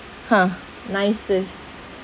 !huh! nicest